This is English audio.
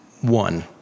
one